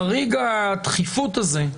חריג הדחיפות הזה,